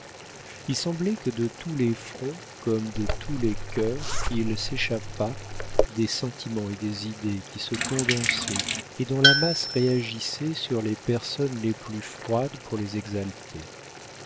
il semblait que de tous les fronts comme de tous les cœurs il s'échappât des sentiments et des idées qui se condensaient et dont la masse réagissait sur les personnes les plus froides pour les exalter